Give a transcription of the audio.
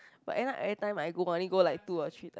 but end up every time I go I only go like two or three time